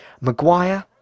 Maguire